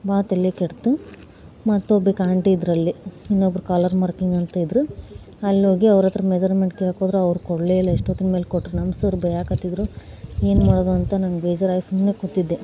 ಭಾಳ ತಲೆ ಕೆಡ್ತು ಮತ್ತೊಬ್ಬಾಕೆ ಆಂಟಿ ಇದರಲ್ಲಿ ಇನ್ನೊಬ್ರು ಕಾಲರ್ ಮಾರ್ಕಿಂಗ್ ಅಂತ ಇದ್ದರು ಅಲ್ಲೋಗಿ ಅವರ ಹತ್ರ ಮೆಜರ್ಮೆಂಟ್ ಕೇಳ್ಕೊಂಡ್ರು ಅವರು ಕೊಡಲೇ ಇಲ್ಲ ಎಷ್ಟೊತ್ತಿನ ಮೇಲೆ ಕೊಟ್ಟರು ನಮ್ಮ ಸರ್ ಬೈಯ್ಯಾಕತ್ತಿದ್ರು ಏನು ಮಾಡೋದಂತ ನಂಗೆ ಬೇಜಾರಾಗಿ ಸುಮ್ಮನೆ ಕೂತಿದ್ದೆ